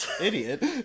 idiot